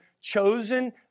chosen